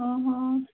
ହଁ